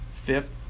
Fifth